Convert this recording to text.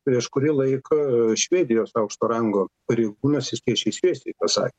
prieš kurį laiką švedijos aukšto rango pareigūnas jis tiesiai šviesiai pasakė